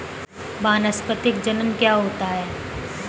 वानस्पतिक जनन क्या होता है?